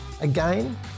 Again